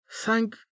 Thank